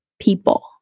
people